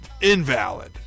invalid